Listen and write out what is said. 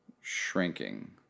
shrinking